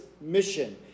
mission